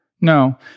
No